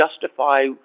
justify